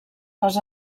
les